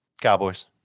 Cowboys